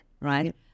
right